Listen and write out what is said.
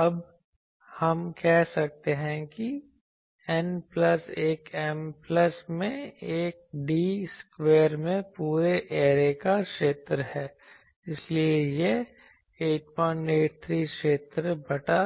अब हम कह सकते हैं कि N प्लस 1 M प्लस 1 में d स्क्वायर में पूरे ऐरे का क्षेत्र है इसलिए यह 883 क्षेत्र बटा